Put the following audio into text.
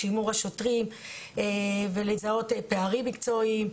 בשימור השוטרים לזהות פערים מקצועיים.